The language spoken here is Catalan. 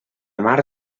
mar